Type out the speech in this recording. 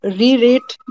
re-rate